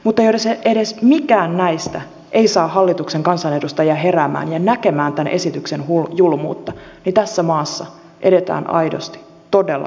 mutta jos edes mikään näistä ei saa hallituksen kansanedustajia heräämään ja näkemään tämän esityksen julmuutta niin tässä maassa eletään aidosti todella synkkiä aikoja